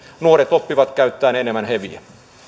nuoret oppivat käyttämään enemmän heviä rouva